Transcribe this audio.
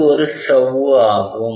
இது ஒரு சவ்வு ஆகும்